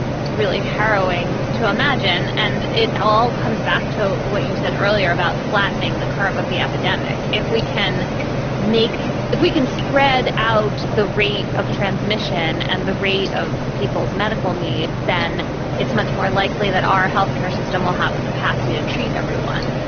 it's really harrowing to imagine. and it all comes back to what you said earlier about flattening the curve of the epidemic. if we can make it, we can spread out the rate of transmission and the rate of people's medical needs. then it's much more likely that our health care system will have the capacity to treat everyone.